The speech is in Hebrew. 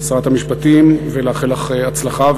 שרת המשפטים, ולאחל לך הצלחה.